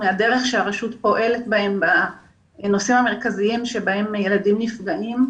מהדרך שהרשות פועלת בהם בנושאים המרכזיים שבהם ילדים נפגעים: